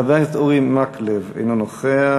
חבר הכנסת אורי מקלב, אינו נוכח.